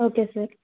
okay sir